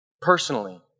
personally